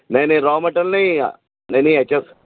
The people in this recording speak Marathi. नाही नाही रॉ मटेरल नाही ना नाही याच्या